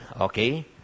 okay